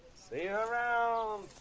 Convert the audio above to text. see you around,